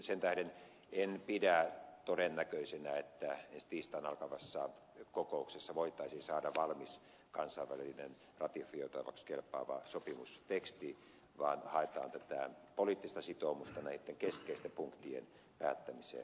sen tähden en pidä todennäköisenä että ensi tiistaina alkavassa kokouksessa voitaisiin saada valmis kansainvälinen ratifioitavaksi kelpaava sopimusteksti vaan haetaan tätä poliittista sitoumusta näitten keskeisten punktien päättämiseen